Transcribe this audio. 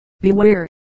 beware